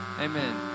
Amen